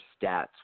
stats